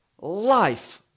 life